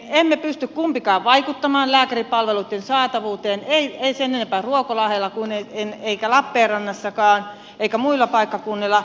emme pysty kumpikaan vaikuttamaan lääkäripalveluitten saatavuuteen emme sen enempää ruokolahdella kuin lappeenrannassakaan emmekä muilla paikkakunnilla